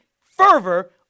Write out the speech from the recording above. fervor